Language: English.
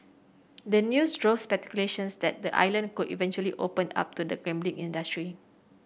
the news drove speculations that the island could eventually open up to the gambling industry